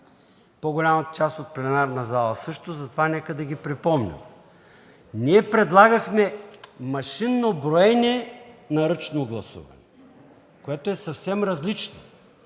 по-голямата част от пленарната зала също. Затова нека да ги припомня. Ние предлагахме машинно броене на ръчно гласуване, което е съвсем различно.